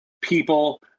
people